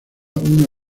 una